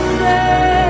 say